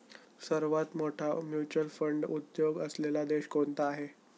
सर्वात मोठा mutual fund उद्योग असलेला देश कोणता आहे?